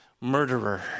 murderer